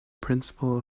principle